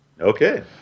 Okay